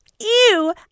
ew